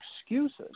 excuses